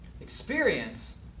Experience